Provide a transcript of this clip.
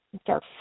start